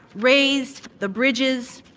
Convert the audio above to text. raised the bridges,